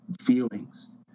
feelings